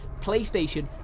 PlayStation